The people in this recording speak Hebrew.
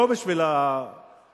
לא בשביל התקשורת,